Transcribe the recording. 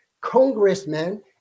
congressmen